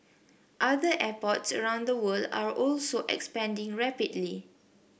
other airports around the world are also expanding rapidly